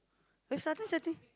they started